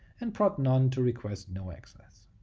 and prot none to request no access.